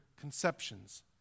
conceptions